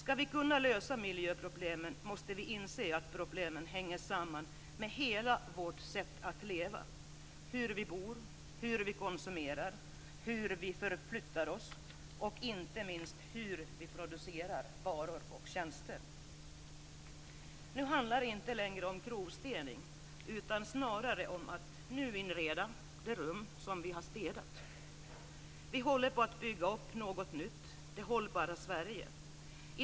Skall vi kunna lösa miljöproblemen måste vi inse att problemen hänger samman med hela vårt sätt att leva, hur vi bor, hur vi konsumerar, hur vi förflyttar oss och inte minst hur vi producerar varor och tjänster.